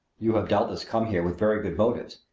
you have doubtless come here with very good motives,